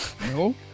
no